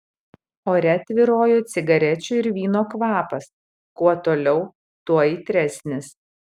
ore tvyrojo cigarečių ir vyno kvapas kuo toliau tuo aitresnis